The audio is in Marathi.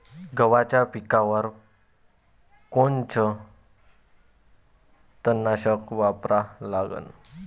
गव्हाच्या पिकावर कोनचं तननाशक वापरा लागन?